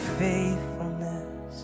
faithfulness